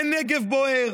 אין נגב בוער?